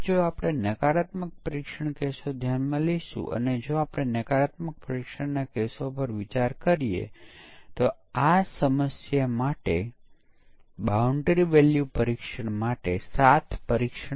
જવાબ એ પ્રદર્શન બગ છે કારણ કે યુનિટ અને સંકલન કામગીરીના પાસાઓ પ્રદર્શન ના પાસાઓ પર ધ્યાન આપતા નથી તેથી આ સિસ્ટમ પરીક્ષણ દરમિયાન શોધાય છે